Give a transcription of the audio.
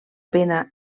pena